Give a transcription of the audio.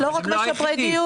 נכון, לא רק משפרי דיור.